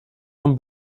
von